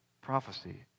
prophecy